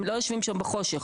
הם לא ישנים שם בחושך,